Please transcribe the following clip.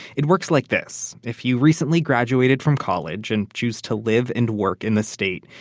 it works like this if you recently graduated from college, and choose to live and work in the state,